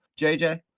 JJ